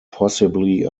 possibly